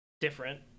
Different